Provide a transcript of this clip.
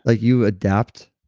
ah you adapt.